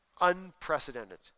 Unprecedented